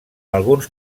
alguns